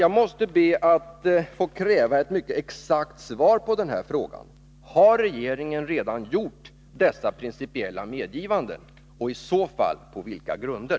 Jag måste få kräva ett mycket exakt svar på den här frågan: Har regeringen redan gjort dessa principiella medgivanden och i så fall på vilka grunder?